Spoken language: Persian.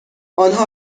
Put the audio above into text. آنها